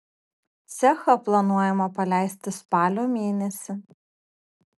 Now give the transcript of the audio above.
cechą planuojama paleisti spalio mėnesį